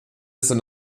soll